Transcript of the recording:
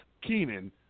Keenan